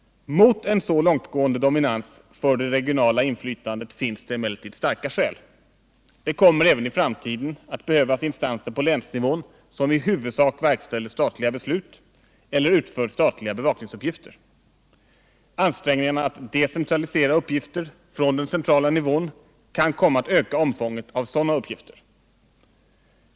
Mot en så långtgående dominans för det regionala inflytandet finns det emellertid starka skäl. Det kommer även i framtiden att behövas instanser på länsnivån som i huvudsak verkställer statliga beslut eller utför statliga bevakningsuppgifter. Ansträngningarna att decentralisera uppgifter från den centrala nivån kan komma att öka omfånget av sådana uppgifter.